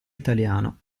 italiano